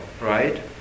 right